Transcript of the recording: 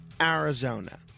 Arizona